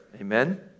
Amen